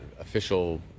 official